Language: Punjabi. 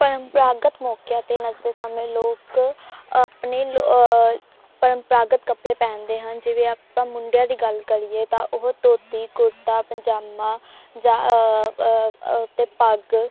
ਪਰੰਪਰਾਗਤ ਮੌਕਿਆਂ 'ਤੇ ਨੱਚਦੇ ਸਮੇਂ ਲੋਕ ਆਪਣੇ ਪਰੰਪਰਾਗਤ ਕੱਪੜੇ ਪਹਿਨਦੇ ਹਨ ਜਿਵੇਂ ਆਪਾਂ ਮੁੰਡਿਆਂ ਦੀ ਗੱਲ ਕਰੀਏ ਤਾਂ ਉਹ ਧੋਤੀ ਕੁੜਤਾ ਪਜਾਮਾ ਜਾਂ ਅ ਅਤੇ ਪੱਗ